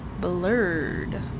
Blurred